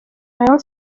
rayon